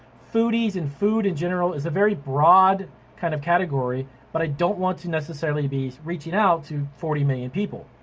foodies and food in general is a very broad kind of category but i don't want to necessarily be reaching out to forty million people.